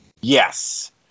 yes